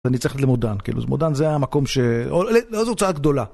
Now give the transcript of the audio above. אז אני צריך ללכת למודן, מודן זה המקום ש... או לאיזו הוצאה גדולה.